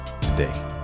today